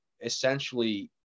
essentially